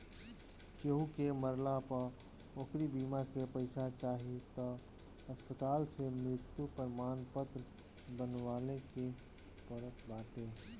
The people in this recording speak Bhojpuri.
केहू के मरला पअ ओकरी बीमा के पईसा चाही तअ अस्पताले से मृत्यु प्रमाणपत्र बनवावे के पड़त बाटे